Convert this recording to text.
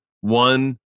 one